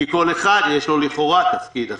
כי לכל אחד יש לכאורה תפקיד אחר,